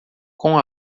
com